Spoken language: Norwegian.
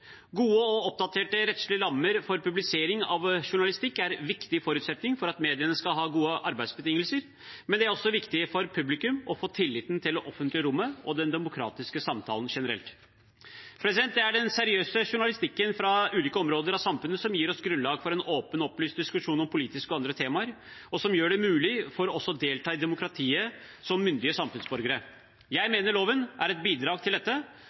Gode og oppdaterte rettslige rammer for publisering av journalistikk er en viktig forutsetning for at mediene skal ha gode arbeidsbetingelser, men det er også viktig for publikum og for tilliten til det offentlige rommet og den demokratiske samtalen generelt. Det er den seriøse journalistikken fra ulike områder av samfunnet som gir oss grunnlag for en åpen og opplyst diskusjon om politiske og andre temaer, og som gjør det mulig for oss å delta i demokratiet som myndige samfunnsborgere. Jeg mener loven er et bidrag til dette,